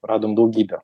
radom daugybę